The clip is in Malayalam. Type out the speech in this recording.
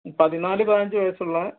പതിനാല് പതിനഞ്ച് വയസ്സുള്ള